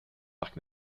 parc